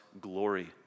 glory